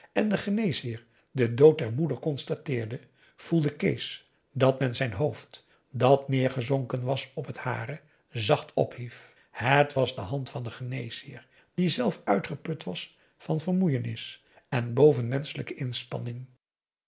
en de geneesheer den dood der moeder constateerde voelde kees dat men zijn hoofd dat neergezonken was op het hare zacht ophief het was de hand van den geneesheer die zelf uitgeput was van vermoeienis en bovenmenschelijke inspanning